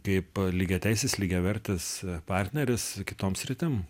kaip lygiateisis lygiavertis partneris kitom sritim